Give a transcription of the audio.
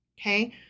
Okay